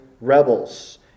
rebels